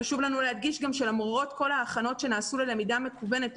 חשוב לנו להדגיש גם שלמרות כל ההכנות שנעשו ללמידה מקוונת,